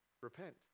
Repent